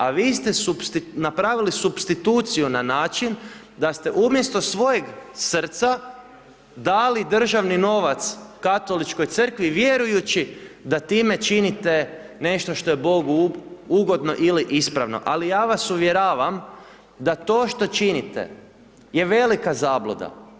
A vi ste napravili supstituciju na način da ste umjesto svojeg srca dali državni novac Katoličkoj crkvi, vjerujući da time činite nešto što je Bogu ugodno ili ispravno, ali ja vas uvjeravam, da to što činite je velika zabluda.